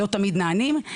הם לא תמיד נענים,